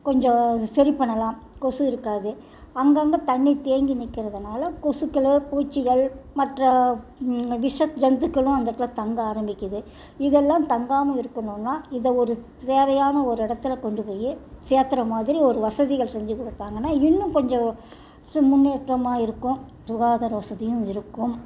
கொஞ்சம் சரி பண்ணலாம் கொசு இருக்காது அங்கே அங்கே தண்ணி தேங்கி நிற்கறதுனால கொசுகளோ பூச்சிகள் மற்ற விஷ ஜந்துக்களும் அந்த இடத்துல தங்க ஆரமிக்கிது இதெல்லாம் தங்காம இருக்கணும்னா இதை ஒரு தேவையான ஒரு இடத்துல கொண்டு போய் சேர்த்துற மாதிரி ஒரு வசதிகள் செஞ்சு கொடுத்தாங்கன்னா இன்னும் கொஞ்சம் சு முன்னேற்றமாக இருக்கும் சுகாதார வசதியும் இருக்கும்